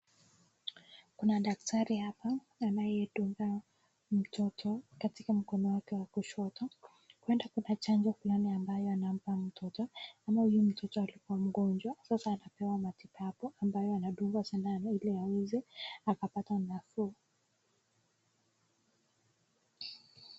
Kuna daktari hapa anayedunga mtoto katika mkono wake wa kushoto, huenda kuna chanjo fulani ambayo anampa mtoto ama huyu mtoto alikuwa mgonjwa sasa anapewa matibabu ambayo anadungwa sindano ili aweze akapata nafuu.